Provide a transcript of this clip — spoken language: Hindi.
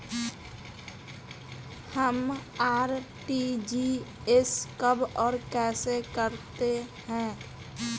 हम आर.टी.जी.एस कब और कैसे करते हैं?